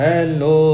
Hello